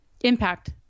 impact